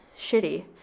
shitty